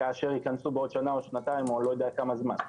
כאשר אולי ייכנסו בעוד שנה או שנתיים או לא יודע כמה זמן.